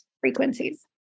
Frequencies